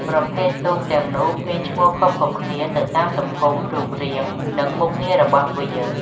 ប្រភេទទូកទាំងនោះមានឈ្មោះខុសៗគ្នាទៅតាមទំហំ រូបរាង និងមុខងាររបស់វា។